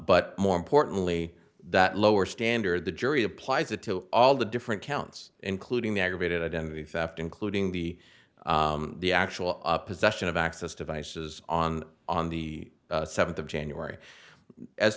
but more importantly that lower standard the jury applies it to all the different counts including the aggravated identity theft including the the actual possession of access devices on on the seventh of january as